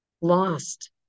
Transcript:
lost